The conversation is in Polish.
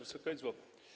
Wysoka Izbo!